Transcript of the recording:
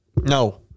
no